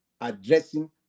addressing